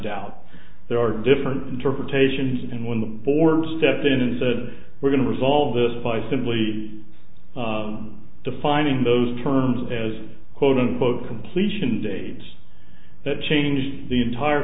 doubt there are different interpretations and when the board stepped in and said we're going to resolve this by simply defining those terms as quote unquote completion date that changed the entire